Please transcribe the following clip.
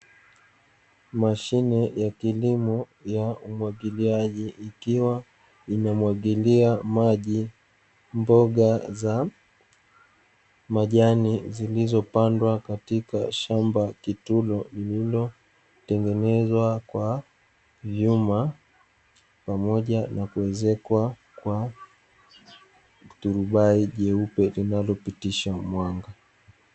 Mashine ya kilimo ya umwagiliaji ikiwa inamwagilia maji mboga za majani zilizopandwa katika shamba kitulo lililotengenezwa kwa vyuma pamoja na kuezekwa kwa turubai jeupe linalopitisha mwanga.